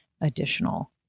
additional